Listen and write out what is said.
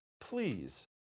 Please